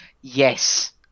Yes